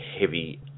heavy